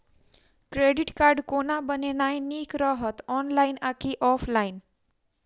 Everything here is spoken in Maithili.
क्रेडिट कार्ड कोना बनेनाय नीक रहत? ऑनलाइन आ की ऑफलाइन?